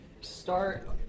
start